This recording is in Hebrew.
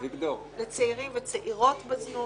לצעירים וצעירות בזנות,